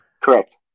correct